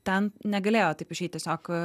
ten negalėjo taip išeit tiesiog